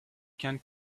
can